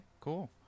Cool